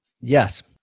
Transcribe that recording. Yes